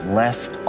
left